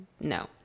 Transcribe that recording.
no